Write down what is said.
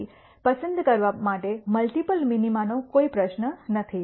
તેથીપસંદ કરવા માટે મલ્ટિપલ મિનિમાનો કોઈ પ્રશ્ન નથી